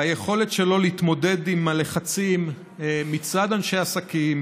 היכולת שלו להתמודד עם הלחצים מצד אנשי עסקים,